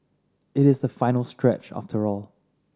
it is the final stretch after all